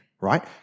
right